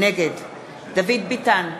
נגד דוד ביטן,